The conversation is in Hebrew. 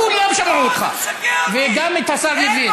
כולם שמעו אותך, וגם את השר לוין.